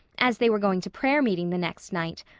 as they were going to prayer-meeting the next night,